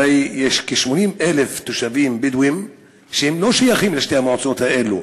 הרי יש כ-80,000 תושבים בדואים שאינם שייכים לשתי המועצות האלו.